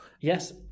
yes